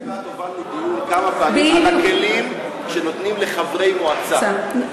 כמה פעמים על הכלים שנותנים לחברי מועצה,